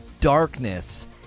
darkness